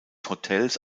hotels